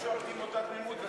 נשארתי עם אותה תמימות.